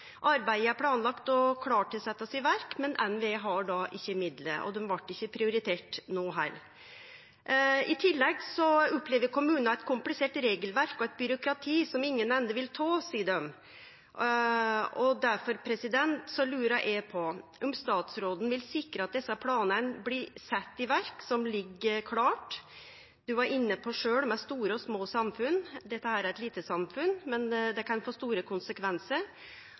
Arbeidet er planlagt og klart til å setjast i verk, men NVE har ikkje midlar, og ein blei ikkje prioritert no heller. I tillegg opplever kommunane eit komplisert regelverk og eit byråkrati som ingen ende vil ta, seier dei. Difor lurar eg på om statsråden vil sikre at desse planane som ligg klare, blir sette i verk – ho var sjølv inne på store og små samfunn, dette er eit lite samfunn, men det kan få store konsekvensar